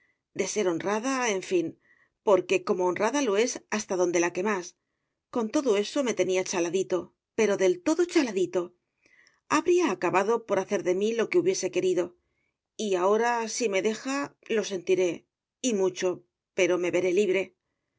de ser honrada en fin porque como honrada lo es hasta donde la que más con todo eso me tenía chaladito pero del todo chaladito habría acabado por hacer de mí lo que hubiese querido y ahora si me deja lo sentiré y mucho pero me veré libre